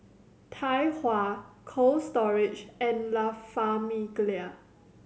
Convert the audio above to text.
Tai Hua Cold Storage and La Famiglia